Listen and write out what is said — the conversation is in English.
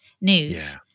news